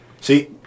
See